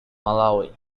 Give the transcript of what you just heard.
malawi